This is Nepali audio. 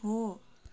हो